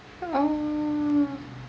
oh